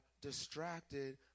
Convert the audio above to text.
distracted